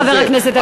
חבר הכנסת אגבאריה.